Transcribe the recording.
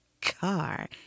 Car